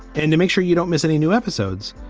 and to make sure you don't miss any new episodes.